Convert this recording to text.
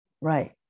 right